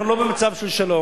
אנחנו לא במצב של שלום.